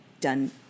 done